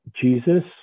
Jesus